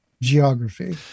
geography